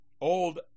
old